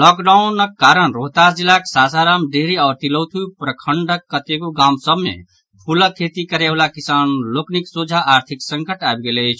lockdown कारण रोहतास जिलाक सासाराम डिहरी आओर तिलौथु प्रखंडक कतेको गाम सभ मे फूलक खेती करय वला किसान लोकनिक सोझा आर्थिक संकट आबि गेल अछि